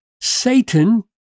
Satan